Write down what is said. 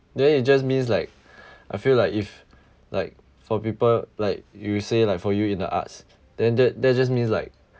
then it just means like I feel like if like for people like you say like for you in the arts then that that just means like